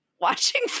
watching